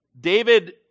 David